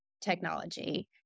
technology